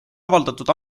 avaldatud